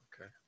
okay